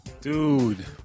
Dude